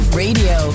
radio